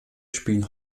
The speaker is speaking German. spielen